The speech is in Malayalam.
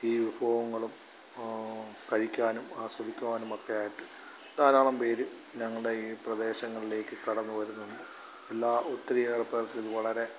ഈ വിഭവങ്ങളും കഴിക്കാനും ആസ്വദിക്കുവാനുമൊക്കെയായിട്ട് ധാരാളം പേർ ഞങ്ങളുടെ ഈ പ്രദേശങ്ങളിലേക്ക് കടന്നുവരുന്നുണ്ട് എല്ലാം ഒത്തിരിയേറെപ്പേർക്കിത് വളരെ